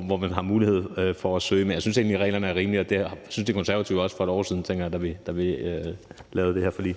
hvor man har mulighed for at søge dispensation. Men jeg synes egentlig, reglerne er rimelige. Og jeg tænker, at det syntes De Konservative også for et år siden, da vi indgik det her forlig.